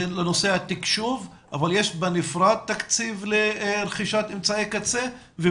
זה לנושא התקשוב אבל יש בנפרד תקציב לרכישת אמצעי קצה?